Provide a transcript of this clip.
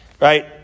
Right